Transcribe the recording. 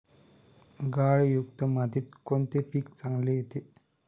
गाळयुक्त मातीत कोणते पीक चांगले येते?